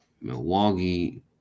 Milwaukee